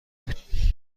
بود